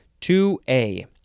2A